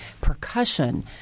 Percussion